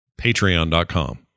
Patreon.com